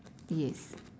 yes